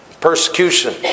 persecution